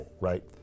right